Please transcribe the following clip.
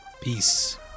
peace